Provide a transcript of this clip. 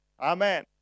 Amen